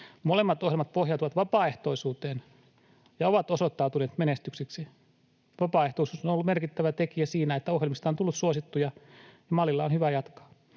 Molemmat ohjelmat pohjautuvat vapaaehtoisuuteen ja ovat osoittautuneet menestykseksi. Vapaaehtoisuus on ollut merkittävä tekijä siinä, että ohjelmista on tullut suosittuja, ja mallilla on hyvä jatkaa.